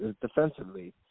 defensively